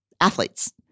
athletes